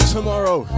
Tomorrow